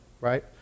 Right